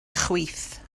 chwith